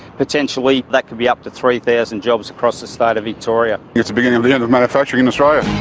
potentially that could be up to three thousand jobs across the state of victoria. it's the beginning of the end of manufacturing in australia.